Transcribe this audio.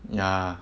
ya